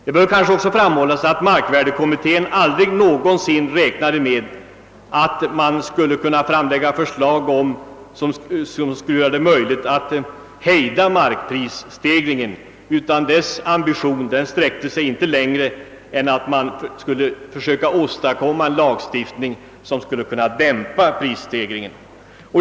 Det bör kanske också framhållas att markvärdekommittén aldrig räknat med att man skulle kunna framlägga förslag som skulle göra det möjligt att hejda markprisstegringen, utan dess ambition har inte sträckt sig längre än till att man skulle försöka åstadkomma en lagstiftning som skulle dämpa prisstegringen.